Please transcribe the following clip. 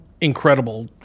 incredible